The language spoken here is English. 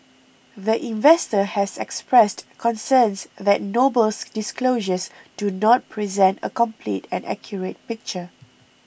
the investor has expressed concerns that Noble's disclosures do not present a complete and accurate picture